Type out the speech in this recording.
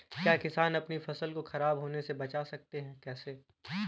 क्या किसान अपनी फसल को खराब होने बचा सकते हैं कैसे?